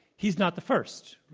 he's not the first.